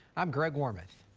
i'm greg warm. it.